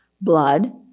Blood